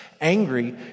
Angry